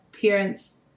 parents